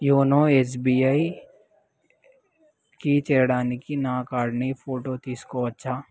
YONO ఎస్బీఐకి చేయడానికి నా కాడ్ని ఫోటో తీసుకోవచ్చా